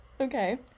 Okay